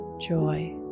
joy